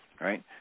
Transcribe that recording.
right